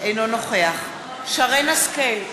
אינו נוכח שרן השכל,